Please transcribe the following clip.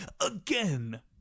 Again